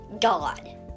God